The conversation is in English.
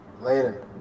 Later